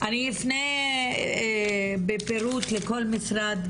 אני אפנה בפירוט לכל משרד,